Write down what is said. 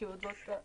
אני לא יודעת.